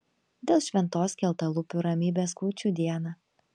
dėl šventos skeltalūpių ramybės kūčių dieną